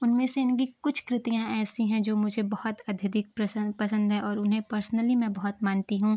उनमें से इनकी कुछ कृतियाँ ऐसी हैं जो मुझे बहुत अध्यधिक पसंद हैं और उन्हें पर्सनली मैं बहुत मानती हूँ